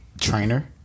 Trainer